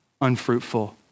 unfruitful